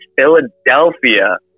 Philadelphia